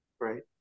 right